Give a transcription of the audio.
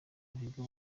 bahiga